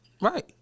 Right